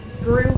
grew